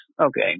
Okay